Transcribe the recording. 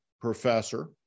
professor